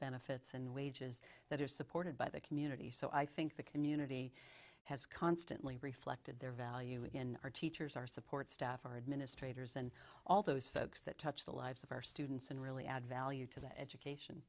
benefits and wages that are supported by the community so i think the community has constantly reflected their value in our teachers our support staff our administrators and all those folks that touch the lives of our students and really add value to the education